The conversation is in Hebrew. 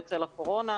בצל הקורונה,